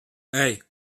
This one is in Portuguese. hey